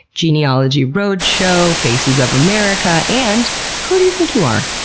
genealogy roadshow, faces of america, and who do you think you are?